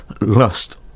lust